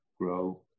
grow